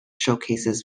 showcases